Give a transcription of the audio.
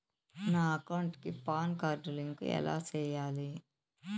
నా అకౌంట్ కి PAN card link ఎలా సేయాలి